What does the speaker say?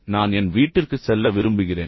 எனவே நான் என் வீட்டிற்குச் செல்ல விரும்புகிறேன்